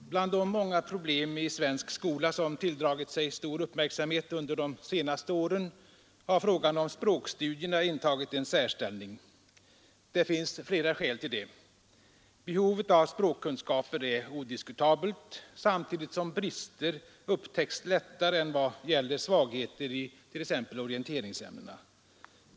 Herr talman! Bland de många problem i svensk skola som tilldragit sig stor uppmärksamhet under de senaste åren har frågan om språkstudierna intagit en särställning. Det finns flera skäl till detta. Behovet av språkkunskaper är odiskutabelt, samtidigt som brister upptäcks lättare än i t.ex. orienteringsämnena.